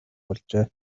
болжээ